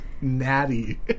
Natty